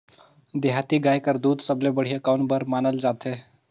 देहाती गाय कर दूध सबले बढ़िया कौन बर मानल जाथे?